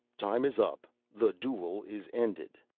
time is up, the duel is ended.